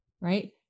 right